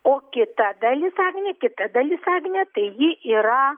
o kita dalis agne kita dalis agne tai ji yra